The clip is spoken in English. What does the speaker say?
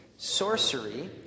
...sorcery